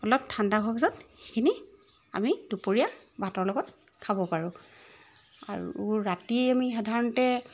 অলপ ঠাণ্ডা হোৱা পাছত সেইখিনি আমি দুপৰীয়া ভাতৰ লগত খাব পাৰোঁ আৰু ৰাতি আমি সাধাৰণতে